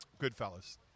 Goodfellas